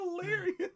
hilarious